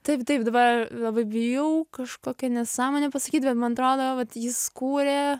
taip taip dabar labai bijau kažkokią nesąmonę pasakyt bet man atrodo vat jis kūrė